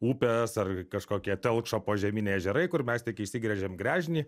upės ar kažkokie telkšo požeminiai ežerai kur mes tik išsigręžiam gręžinį